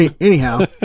Anyhow